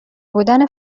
بودن